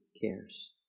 cares